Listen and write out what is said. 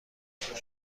جفت